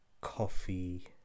coffee